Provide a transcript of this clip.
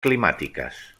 climàtiques